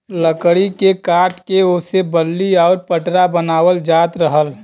लकड़ी के काट के ओसे बल्ली आउर पटरा बनावल जात रहल